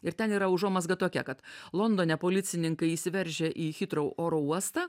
ir ten yra užuomazga tokia kad londone policininkai įsiveržia į hitrou oro uostą